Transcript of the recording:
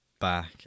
back